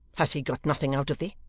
has he got nothing out of thee?